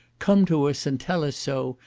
come to us, and tell us so,